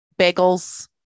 bagels